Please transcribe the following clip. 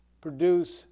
produce